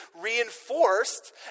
reinforced